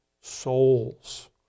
souls